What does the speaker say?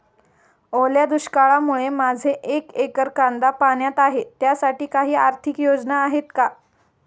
ओल्या दुष्काळामुळे माझे एक एकर कांदा पाण्यात आहे त्यासाठी काही आर्थिक योजना आहेत का?